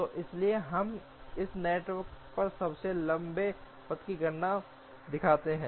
तो चलिए हम इस नेटवर्क पर सबसे लंबे पथ की गणना दिखाते हैं